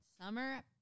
Summer